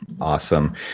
Awesome